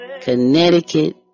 Connecticut